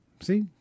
See